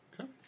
Okay